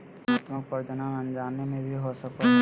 चयनात्मक प्रजनन अनजाने में भी हो सको हइ